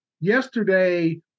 yesterday